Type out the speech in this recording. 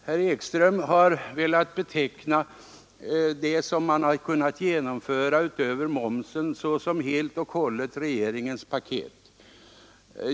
Herr Ekström ville beteckna det man kunnat genomföra utöver momsen såsom helt och hållet regeringens paket.